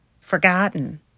forgotten